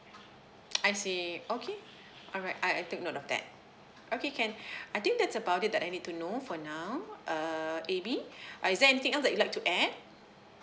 I see okay alright I I took note of that okay can I think that's about it that I need to know for now err amy uh is there anything else that you'd like to add